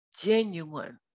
Genuine